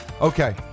okay